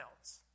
else